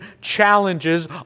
challenges